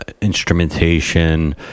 instrumentation